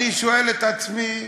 אני מדבר אחריך.